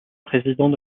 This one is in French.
président